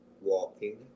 walking